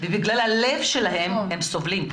בגלל הלב שלהם הם סובלים.